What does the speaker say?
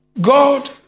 God